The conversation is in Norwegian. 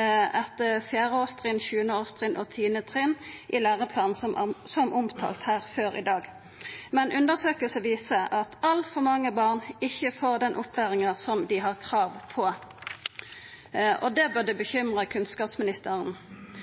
etter 4. årstrinn, 7. årstrinn og 10. årstrinn, som omtalt her før i dag. Men undersøkingar viser at altfor mange barn ikkje får den opplæringa som dei har krav på. Det burde bekymra kunnskapsministeren.